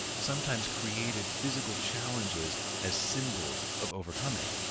sometimes created physical challenges as symbols of overcoming.